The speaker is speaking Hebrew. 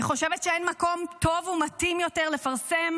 אני חושבת שאין מקום טוב ומתאים יותר לפרסם